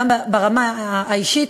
גם ברמה האישית,